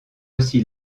aussi